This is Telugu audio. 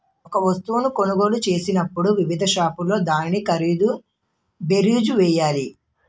ఒక వస్తువును కొనుగోలు చేసినప్పుడు వివిధ షాపుల్లో దాని ఖరీదు బేరీజు వేయాలి